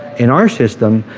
in our system,